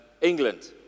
England